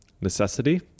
necessity